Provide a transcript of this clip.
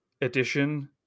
edition